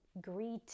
greet